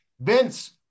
Vince